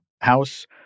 house